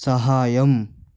సహాయం